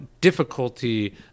difficulty